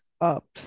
up